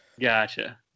Gotcha